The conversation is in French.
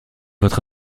votre